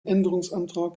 änderungsantrag